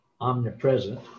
omnipresent